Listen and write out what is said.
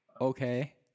Okay